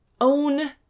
Own